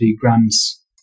grams